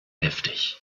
heftig